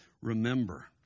Remember